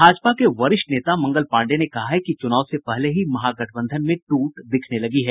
भाजपा के वरिष्ठ नेता मंगल पांडेय ने कहा है कि चुनाव से पहले ही महागठबंधन में टूट दिखने लगी है